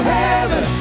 heaven